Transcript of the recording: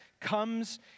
comes